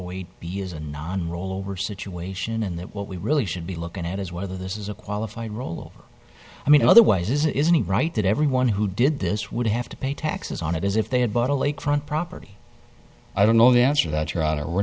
isn't on roll over situation and that what we really should be looking at is whether this is a qualified role i mean otherwise isn't he right that everyone who did this would have to pay taxes on it as if they had bought a lakefront property i don't know the answer that